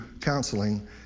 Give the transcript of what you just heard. counseling